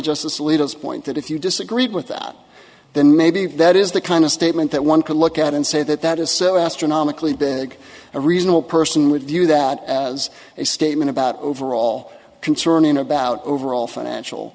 as leaders point that if you disagreed with that then maybe that is the kind of statement that one could look at and say that that is so astronomically big a reasonable person would view that as a statement about overall concerning about overall financial